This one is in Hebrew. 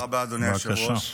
תודה רבה, אדוני היושב-ראש.